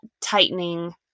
tightening